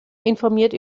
informiert